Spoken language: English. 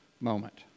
moment